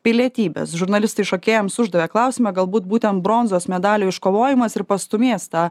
pilietybės žurnalistai šokėjams uždavė klausimą galbūt būtent bronzos medalių iškovojimas ir pastūmės tą